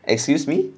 excuse me